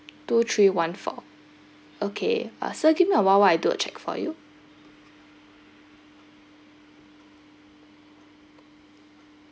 two three one four okay ah sir give me a while I do a check for you